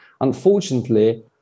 Unfortunately